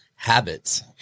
Habits